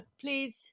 Please